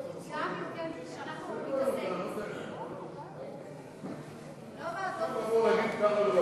אומרת שאנחנו לא צריכים להתעסק עם זה.